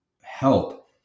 help